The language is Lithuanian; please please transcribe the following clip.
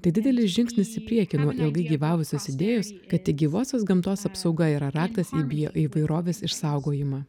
tai didelis žingsnis į priekį nuo ilgai gyvavusios idėjos kad tik gyvosios gamtos apsauga yra raktas į bioįvairovės išsaugojimą